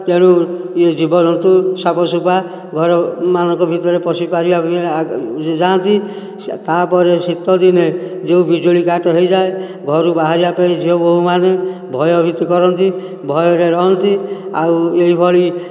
ତେଣୁ ଏ ଜୀବଜନ୍ତୁ ସାପ ଶୁପା ଘରମାନଙ୍କ ଭିତରେ ପଶି ପାରିବା ଯାଆନ୍ତି ତାପରେ ଶୀତ ଦିନେ ଯୋ ବିଜୁଳି କାଟ ହୋଇଯାଏ ଘରୁ ବାହାରିବା ପାଇଁ ଝିଅ ବୋହୂ ମାନେ ଭୟଭୀତ କରନ୍ତି ଭୟରେ ରହନ୍ତି ଆଉ ଏହିଭଳି